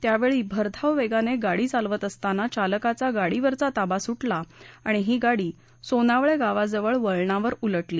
यावेळी भरधाव वेगाने गाडी चालवित असतांना चालकाचा गाडीवरील ताबा सुटल्याने ही गाडी सोनावळे गावाजवळील वळणावर उलटली